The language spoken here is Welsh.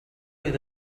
oedd